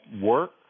work